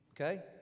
Okay